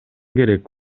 керек